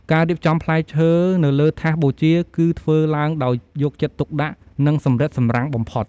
ការរៀបចំផ្លែឈើនៅលើថាសបូជា គឺធ្វើឡើងដោយយកចិត្តទុកដាក់ និងសម្រិតសម្រាំងបំផុត។